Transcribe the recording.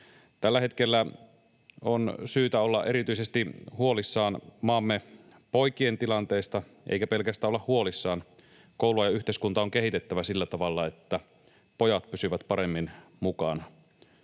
Tällä hetkellä on syytä olla erityisesti huolissaan maamme poikien tilanteesta, eikä pelkästään olla huolissaan: koulua ja yhteiskuntaa on kehitettävä sillä tavalla, että pojat pysyvät paremmin mukana.